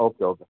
okay okay